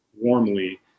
warmly